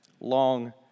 long